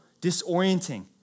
disorienting